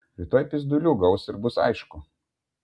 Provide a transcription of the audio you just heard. rytoj pyzdulių gaus ir bus aišku